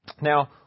Now